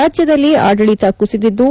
ರಾಜ್ಯದಲ್ಲಿ ಆಡಳಿತ ಕುಸಿದಿದ್ದು